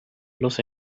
los